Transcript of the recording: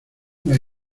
nos